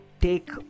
Take